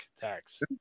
tax